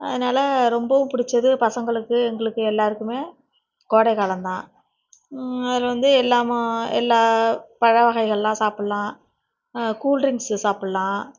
அதனால் ரொம்பவும் பிடிச்சது பசங்களுக்கு எங்களுக்கு எல்லாருக்குமே கோடைக்காலம்தான் அதில் வந்து எல்லாமா எல்லா பழ வகைகளெலாம் சாப்புடலாம் கூல்டிரிங்ஸு சாப்புடலாம்